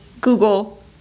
Google